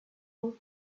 old